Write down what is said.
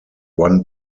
one